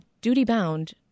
duty-bound